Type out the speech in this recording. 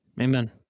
Amen